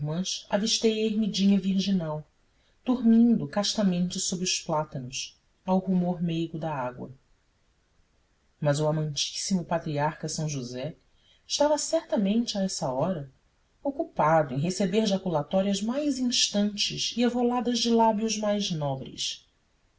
duas irmãs avistei a ermidinha virginal dormindo castamente sob os plátanos ao rumor meigo da água mas o amantíssimo patriarca são josé estava certamente a essa hora ocupado em receber jaculatórias mais instantes e evoladas de lábios mais nobres